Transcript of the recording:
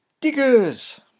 Diggers